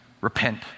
repent